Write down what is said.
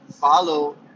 follow